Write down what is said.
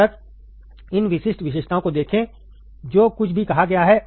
तब तक इन विशिष्ट विशेषताओं को देखें जो कुछ भी कहा गया है